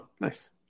nice